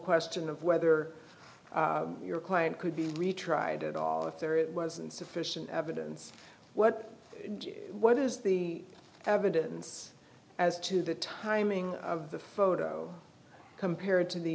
question of whether your client could be retried at all if there it wasn't sufficient evidence what what is the evidence as to the timing of the photo compared to the